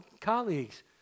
colleagues